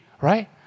right